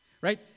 Right